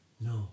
No